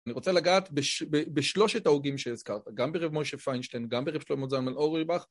אני רוצה לגעת בשלושת ההוגים שהזכרת, גם ברב מוישה פיינשטיין, גם ברב שלמה זלמן אויירבך.